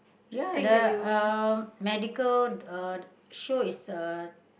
ya the um medical uh show is uh